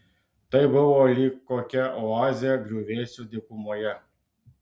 tai buvo lyg kokia oazė griuvėsių dykumoje